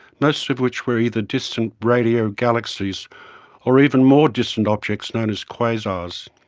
most of which were either distant radio galaxies or even more distant objects known as quasars.